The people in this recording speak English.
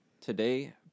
today